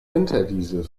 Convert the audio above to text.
winterdiesel